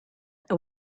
and